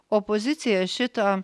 opozicija šito